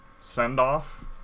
send-off